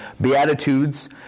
Beatitudes